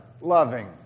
loving